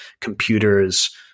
computers